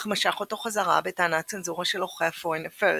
אך משך אותו חזרה בטענת צנזורה של עורכי "הפוריין אפיירס".